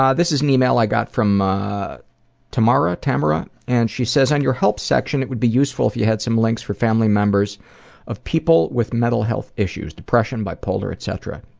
um this is an email i got from ah tamara, and she says in your help section it would be useful if you had some links for family members of people with mental health issues depression, bipolar etc.